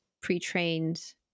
pre-trained